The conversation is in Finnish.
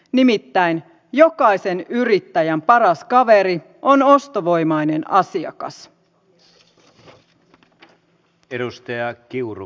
nimittäin jokaisen yrittäjän paras kaveri on ostovoimainen asiakas